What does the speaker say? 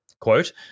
Quote